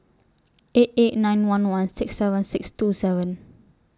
eight eight nine one one six seven six two seven